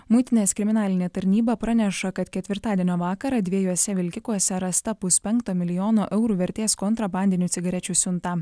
muitinės kriminalinė tarnyba praneša kad ketvirtadienio vakarą dviejuose vilkikuose rasta puspenkto milijono eurų vertės kontrabandinių cigarečių siunta